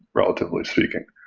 relatively speaking.